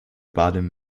baden